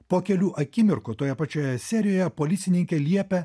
po kelių akimirkų toje pačioje serijoje policininkė liepia